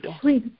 Please